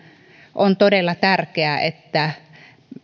on todella tärkeää että